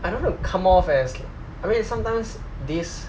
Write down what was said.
I don't want to come off as I mean sometimes this